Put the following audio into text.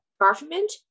government